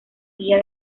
guía